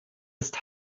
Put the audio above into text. ist